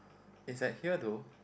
it's at here though